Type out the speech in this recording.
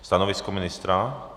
Stanovisko ministra?